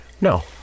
No